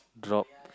drop